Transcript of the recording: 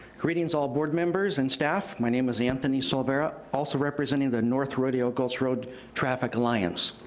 greetings all board members and staff, my name is anthony salvara, also representing the north rodeo gulch road traffic alliance.